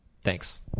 Thanks